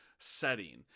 setting